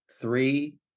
Three